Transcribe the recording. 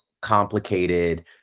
complicated